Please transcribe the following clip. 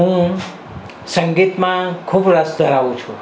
હું સંગીતમાં ખૂબ રસ ધરાવું છું